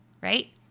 right